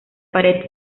pared